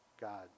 God